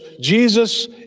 Jesus